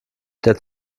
der